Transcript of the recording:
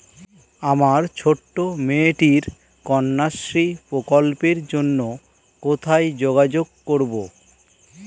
আমার ছোট্ট মেয়েটির কন্যাশ্রী প্রকল্পের জন্য কোথায় যোগাযোগ করব?